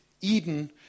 Eden